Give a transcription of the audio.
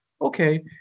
Okay